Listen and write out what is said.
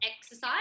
exercise